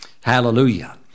Hallelujah